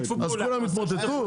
אז כולם יתמוטטו?